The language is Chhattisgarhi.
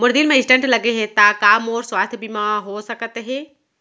मोर दिल मा स्टन्ट लगे हे ता का मोर स्वास्थ बीमा हो सकत हे?